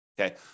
Okay